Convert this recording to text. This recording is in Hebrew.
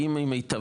האם היא מיטבית?